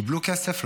קיבלו כסף,